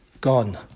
Gone